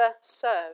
served